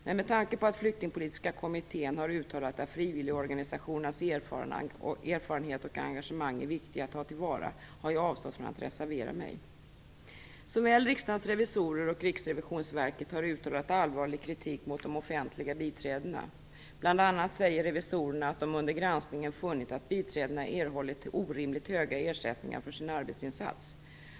Men med tanke på att Flyktingpolitiska kommittén har uttala att frivilligorganisationernas erfarenhet och engagemang är viktiga att ta till vara har jag avstått från att reservera mig. Såväl riksdagens revisorer och Riksrevisionsverket har uttalat allvarlig kritik mot offentliga biträden. Bl.a. säger revisorerna att de under granskningen funnit att biträdena erhållit orimligt höga ersättningar för sin arbetsinsats.